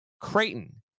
Creighton